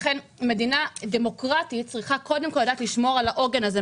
מדינה דמוקרטית צריכה לדעת לשמור על העוגן הזה.